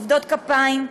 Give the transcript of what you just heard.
עובדות כפיים,